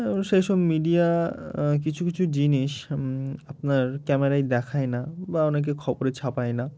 সেই সব মিডিয়া কিছু কিছু জিনিস আপনার ক্যামেরায় দেখায় না বা অনেকে খবরে ছাপায় না